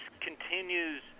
continues